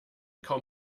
kaum